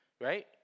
right